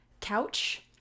couch